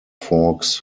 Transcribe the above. forks